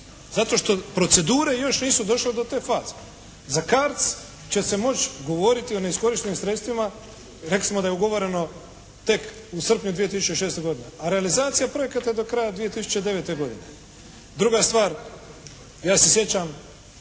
Zato što procedure još nisu došle do te faze. Za CARDS će se moći govoriti o neiskorištenim sredstvima, rekli smo da je ugovoreno tek u srpnju 2006. godine. A realizacija projekata je do kraja 2009. godine. Druga stvar, ja se sjećam